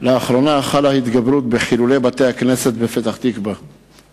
לאחרונה חלה התגברות בחילול בתי-כנסת בפתח-תקווה.